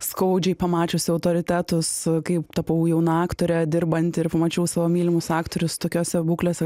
skaudžiai pamačiusi autoritetus kai tapau jauna aktore dirbanti ir pamačiau savo mylimus aktorius tokiose būklėse